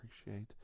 appreciate